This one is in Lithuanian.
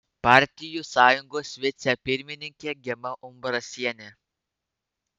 partijų sąjungos vicepirmininkė gema umbrasienė